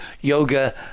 yoga